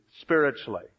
spiritually